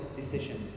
decision